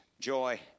joy